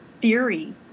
theory